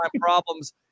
problems